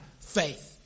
faith